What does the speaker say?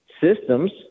systems